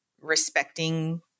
respecting